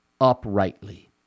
uprightly